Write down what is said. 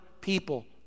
people